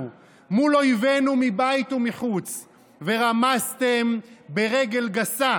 מול אויבינו מבית ומחוץ ורמסתם ברגל גסה,